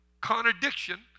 contradiction